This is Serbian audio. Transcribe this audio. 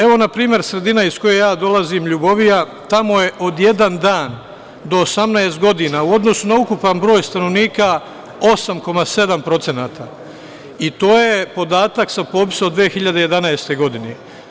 Evo na primer, sredina iz koje ja dolazim, Ljubovija, tamo je od jedan dan do 18 godina u odnosu na ukupan broj stanovnika 8,7% i to je podatak sa popisom iz 2011. godine.